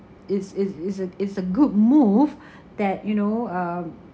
is is is a is a good move that you know um